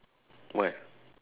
what